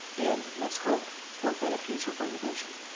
and let's hope for a better future for immigration.